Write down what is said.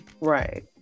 right